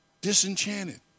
Disenchanted